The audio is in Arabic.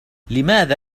لماذا